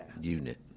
unit